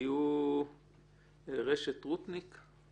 הם עברו לווטסאפ ואז התחלנו לעבודה בשיטה הזאת.